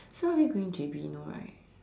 so are we going J_B no right